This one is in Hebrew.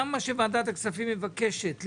גם מה שוועדת הכספים מבקשת,